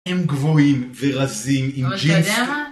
הם גבוהים ורזים עם ג'ינס